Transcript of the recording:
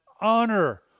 honor